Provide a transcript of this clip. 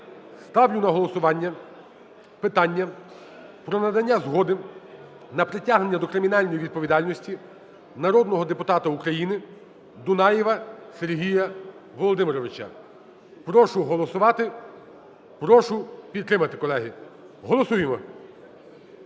ставлю на голосування питання про надання згоди на притягнення до кримінальної відповідальності народного депутата України Дунаєва Сергія Володимировича. Прошу голосувати. Прошу підтримати, колеги. Голосуємо.